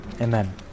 Amen